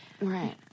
Right